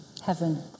Heaven